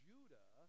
Judah